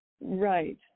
Right